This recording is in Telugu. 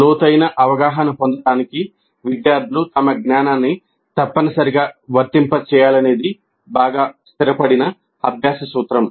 లోతైన అవగాహన పొందడానికి విద్యార్థులు తమ జ్ఞానాన్ని తప్పనిసరిగా వర్తింప చేయాలనేది బాగా స్థిరపడిన అభ్యాస సూత్రం